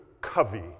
Covey